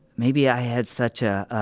maybe i had such a,